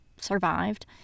survived